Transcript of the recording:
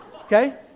Okay